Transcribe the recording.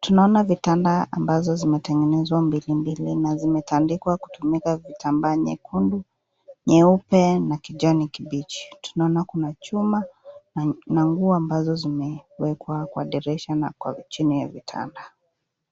Tunaona vitanda ambazo zimetengenezwa mbilimbili na zimetandikwa kutuia vutambaa nyekundu, nyeupe na kijani kibichi. Tunaona kuwa kuna chuma na manguo ambazo zimewekwa kwa dirisha na kwa chini ya vitanda.